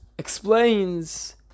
explains